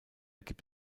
gibt